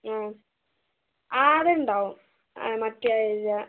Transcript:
ആഹ് ആ അത് ഉണ്ടാവും മറ്റേ